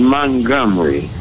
Montgomery